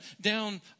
down